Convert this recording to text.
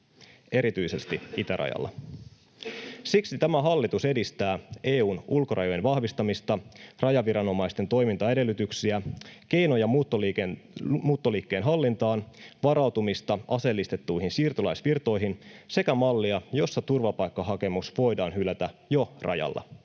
erityisesti itärajalla. Siksi tämä hallitus edistää EU:n ulkorajojen vahvistamista, rajaviranomaisten toimintaedellytyksiä, keinoja muuttoliikkeen hallintaan, varautumista aseellistettuihin siirtolaisvirtoihin sekä mallia, jossa turvapaikkahakemus voidaan hylätä jo rajalla.